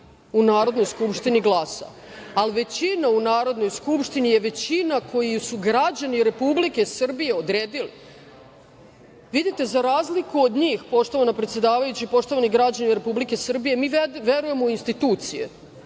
u Narodnoj skupštini glasa. Ali, većina u Narodnoj skupštini je većina koju su građani Republike Srbije odredili. Vidite, za razliku od njih, poštovana predsedavajuća i poštovani građani Republike Srbije, mi i dalje verujemo u institucije,